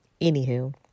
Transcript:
Anywho